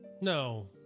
No